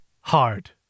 Hard